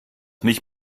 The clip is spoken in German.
mich